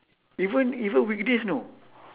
even even weekdays you know